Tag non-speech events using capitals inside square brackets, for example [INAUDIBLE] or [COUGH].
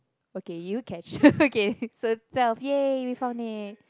okay you catch [LAUGHS] okay so twelve !yay! we found it